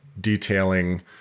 detailing